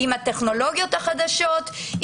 עם הטכנולוגיות החדשות,